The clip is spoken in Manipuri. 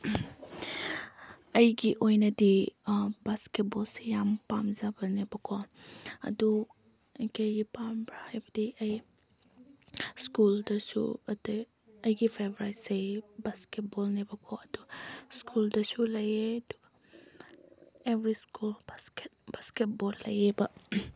ꯑꯩꯒꯤ ꯑꯣꯏꯅꯗꯤ ꯕꯥꯁꯀꯦꯠ ꯕꯣꯜꯁꯤ ꯌꯥꯝ ꯄꯥꯝꯖꯕꯅꯦꯕꯀꯣ ꯑꯗꯨ ꯑꯩ ꯀꯩꯒꯤ ꯄꯥꯝꯕ꯭ꯔꯥ ꯍꯥꯏꯕꯗꯤ ꯑꯩ ꯁ꯭ꯀꯨꯜꯗꯁꯨ ꯑꯇꯩ ꯑꯩꯒꯤ ꯐꯦꯕꯣꯔꯥꯏꯠꯁꯦ ꯕꯥꯁꯀꯦꯠ ꯕꯣꯜꯅꯦꯕꯀꯣ ꯑꯗꯨ ꯁ꯭ꯀꯨꯜꯗꯁꯨ ꯂꯩꯌꯦ ꯑꯗꯨꯒ every school basket basket ball ꯂꯩꯌꯦꯕ